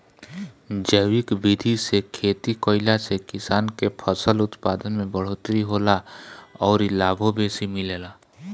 जैविक विधि से खेती कईला से किसान के फसल उत्पादन में बढ़ोतरी होला अउरी लाभो बेसी मिलेला